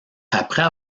après